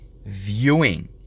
viewing